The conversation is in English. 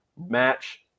match